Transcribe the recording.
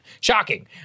Shocking